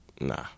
nah